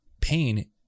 pain